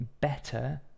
better